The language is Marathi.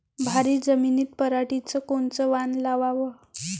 भारी जमिनीत पराटीचं कोनचं वान लावाव?